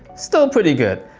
still pretty good,